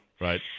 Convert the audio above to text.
Right